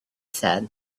said